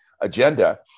agenda